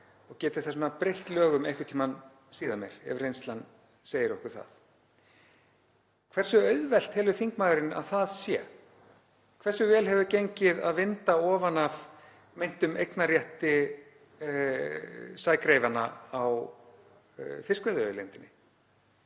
og geti þess vegna breytt lögum einhvern tímann síðar meir ef reynslan segir okkur það. Hversu auðvelt telur þingmaðurinn að það sé? Hversu vel hefur gengið að vinda ofan af meintum eignarrétti sægreifanna á fiskveiðiauðlindinni?